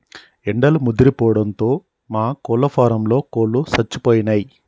ఎండలు ముదిరిపోవడంతో మా కోళ్ళ ఫారంలో కోళ్ళు సచ్చిపోయినయ్